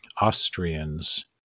Austrians